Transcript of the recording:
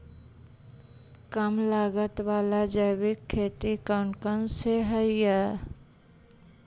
कम लागत वाला जैविक खेती कौन कौन से हईय्य?